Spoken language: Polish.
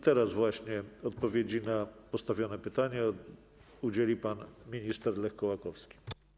Teraz odpowiedzi na postawione pytania udzieli pan minister Lech Kołakowski.